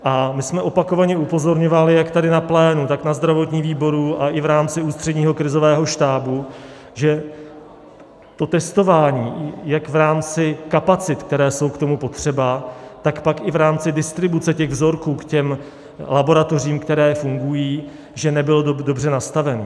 A my jsme opakovaně upozorňovali, jak tady na plénu, tak na zdravotním výboru a i v rámci Ústředního krizového štábu, že to testování je v rámci kapacit, které jsou k tomu potřeba, tak pak i v rámci distribuce těch vzorků k těm laboratořím, které fungují, že nebyl dobře nastavený.